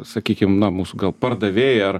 sakykim na mūsų gal pardavėjai ar